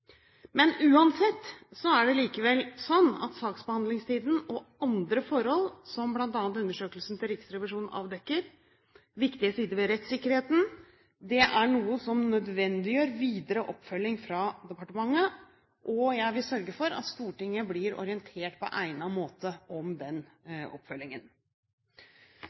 Uansett er likevel saksbehandlingstiden og andre forhold som bl.a. undersøkelsen til Riksrevisjonen avdekker, viktige sider ved rettssikkerheten, noe som nødvendiggjør videre oppfølging fra departementet. Jeg vil sørge for at Stortinget blir orientert på egnet måte om oppfølgingen.